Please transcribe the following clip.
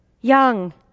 young